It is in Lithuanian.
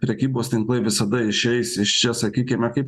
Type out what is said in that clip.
prekybos tinklai visada išeis iš čia sakykime kaip